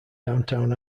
downtown